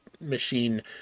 machine